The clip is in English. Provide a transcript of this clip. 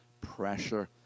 pressure